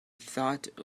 thought